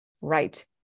right